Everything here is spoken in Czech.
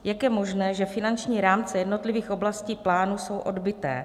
Jak je možné, že finanční rámce jednotlivých oblastí plánu jsou odbyté?